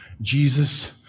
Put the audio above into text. Jesus